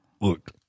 Look